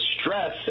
stress